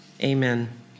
Amen